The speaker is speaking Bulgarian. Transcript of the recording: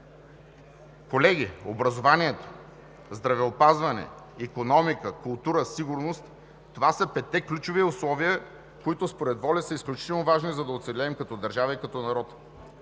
Колеги, образование, здравеопазване, икономика, култура, сигурност – това са петте ключови условия, които според „Воля“ са изключително важни, за да оцелеем като държава и като народ.